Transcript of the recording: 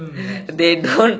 mm nice nice nice